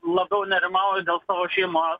labiau nerimauju dėl savo šeimos